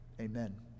Amen